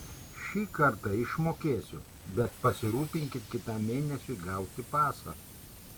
šį kartą išmokėsiu bet pasirūpinkit kitam mėnesiui gauti pasą